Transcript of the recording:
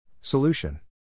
Solution